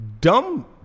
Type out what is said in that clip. dumb